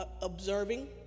observing